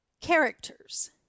Characters